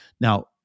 Now